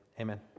amen